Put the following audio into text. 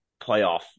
playoff